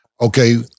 okay